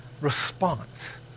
response